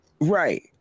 right